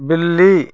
बिल्ली